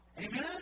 Amen